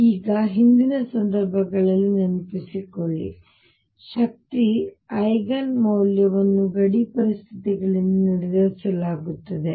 ಈಗ ಹಿಂದಿನ ಸಂದರ್ಭಗಳಲ್ಲಿ ನೆನಪಿಸಿಕೊಳ್ಳಿ ಶಕ್ತಿ ಐಗನ್ ಮೌಲ್ಯವನ್ನು ಗಡಿ ಪರಿಸ್ಥಿತಿಗಳಿಂದ ನಿರ್ಧರಿಸಲಾಗುತ್ತದೆ